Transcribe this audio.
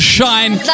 Shine